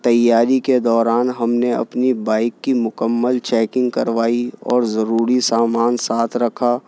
تیاری کے دوران ہم نے اپنی بائک کی مکمل چیکنگ کروائی اور ضروری سامان ساتھ رکھا